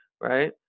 right